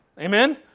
Amen